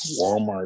Walmart